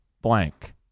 blank